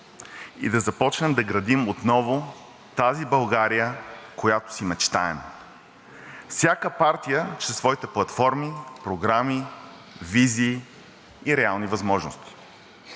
и да започнем да градим отново тази България, която си мечтаем, всяка партия чрез своите платформи, програми, визии и реални възможности.